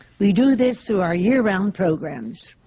we do this through our year-round programs.